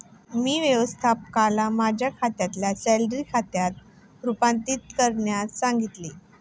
मी व्यवस्थापकाला माझ्या खात्याला सॅलरी खात्यात रूपांतरित करण्यास सांगितले